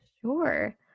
Sure